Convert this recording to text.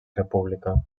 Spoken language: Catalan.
república